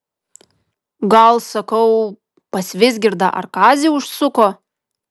gal sakau pas vizgirdą ar kazį užsuko